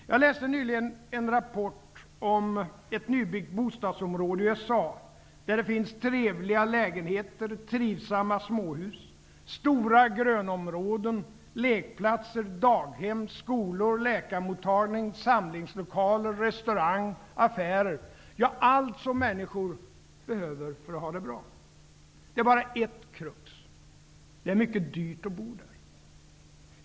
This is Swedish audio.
Jag läste nyligen en rapport om ett nybyggt bostadsområde i USA, där det finns trevliga lägenheter, trivsamma småhus, stora grönområden, lekplatser, daghem, skolor, läkarmottagning, samlingslokaler, restaurang och affärer -- ja, allt som människor behöver för att ha det bra. Det är bara ett krux: Det är mycket dyrt att bo där.